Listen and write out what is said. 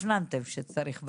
הפנמתם שצריך בערבית.